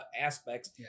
aspects